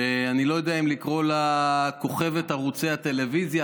שאני לא יודע אם לקרוא לה כוכבת ערוצי הטלוויזיה,